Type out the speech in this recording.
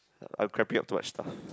I'm crapping out too much stuff